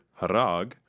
harag